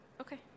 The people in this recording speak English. Okay